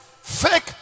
Fake